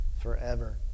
forever